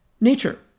nature